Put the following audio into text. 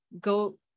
go